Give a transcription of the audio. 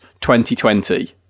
2020